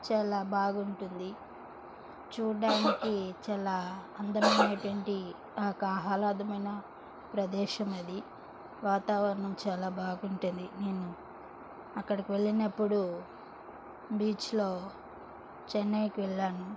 చాలా బాగుంటుంది చూడ్డానికి చాలా అందమైనటువంటి ఒక ఆహ్లాదమైన ప్రదేశం అది వాతావరణం చాలా బాగుంటుంది నేను అక్కడికి వెళ్లినప్పుడు బీచ్లో చెన్నైకి వెళ్ళాను